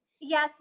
Yes